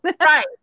right